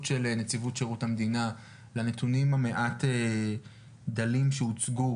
של נציבות שירות המדינה והנתונים המעט דלים שהוצגו,